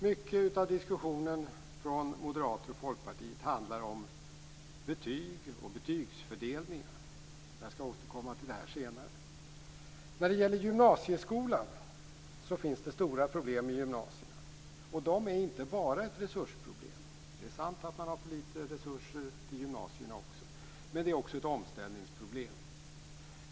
Mycket av diskussionen från moderater och folkpartister handlar om betyg och betygsfördelningar. Jag skall återkomma till detta senare. Det finns stora problem i gymnasierna, och det handlar inte bara om resursproblem. Det är sant att man har för litet resurser till gymnasierna också, men det finns också ett omställningsproblem.